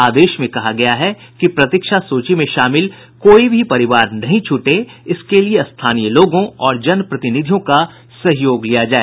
आदेश में कहा गया है कि प्रतीक्षा सूची में शामिल कोई भी परिवार नहीं छूटे इसके लिए स्थानीय लोगों और जनप्रतिनिधियों का सहयोग लिया जाए